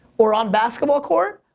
or on basketball court,